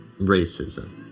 racism